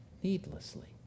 needlessly